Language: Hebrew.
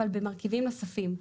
אבל במרכיבים נוספים,